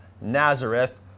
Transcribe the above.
Nazareth